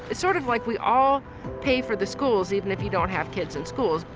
it's sort of like we all pay for the schools even if we don't have kids in school.